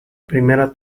primera